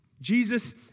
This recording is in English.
Jesus